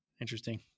Interesting